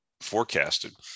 forecasted